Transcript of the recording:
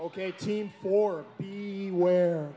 ok team for the where